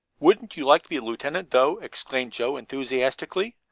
wouldn't you like to be a lieutenant, though? exclaimed joe enthusiastically.